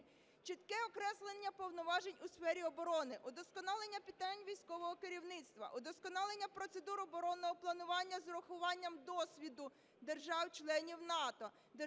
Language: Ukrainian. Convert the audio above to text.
чітке окреслення повноважень у сфері оборони, удосконалення питань військового керівництва, удосконалення процедур оборонного планування з урахуванням досвіду держав-членів НАТО,